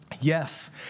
Yes